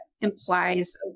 implies